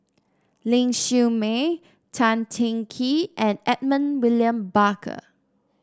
Ling Siew May Tan Teng Kee and Edmund William Barker